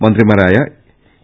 മന്ത്രിമാരായ ഇ